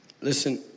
Listen